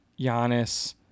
Giannis